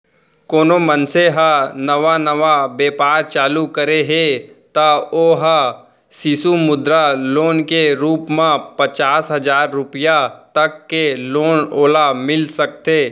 कोनो मनसे ह नवा नवा बेपार चालू करे हे त ओ ह सिसु मुद्रा लोन के रुप म पचास हजार रुपया तक के लोन ओला मिल सकथे